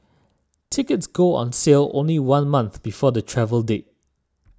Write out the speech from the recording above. tickets go on sale only one month before the travel date